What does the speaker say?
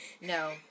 no